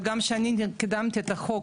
וגם שאני קידמתי את החוק